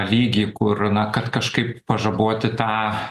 lygį kur na kad kažkaip pažaboti tą